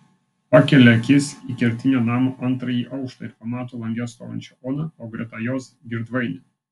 pakelia akis į kertinio namo antrąjį aukštą ir pamato lange stovinčią oną o greta jos girdvainį